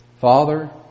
Father